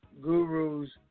gurus